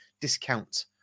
discount